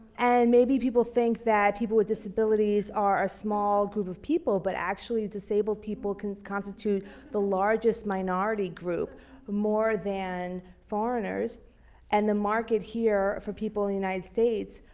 and maybe people think that people with disabilities are a small group of people, but actually disabled people can constitute the largest minority group more than foreigners and the market here for people in the united states